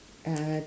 uh